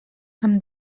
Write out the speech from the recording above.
amb